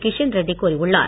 கிஷன் ரெட்டி கூறியுள்ளார்